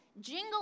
jingle